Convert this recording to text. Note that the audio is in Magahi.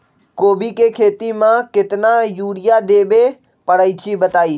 कोबी के खेती मे केतना यूरिया देबे परईछी बताई?